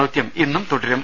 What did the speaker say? ദൌത്യം ഇന്നും തുടരും